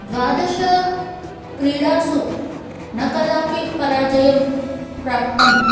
द्वादशक्रीडासु न कदापि पराजयं प्राप्तम्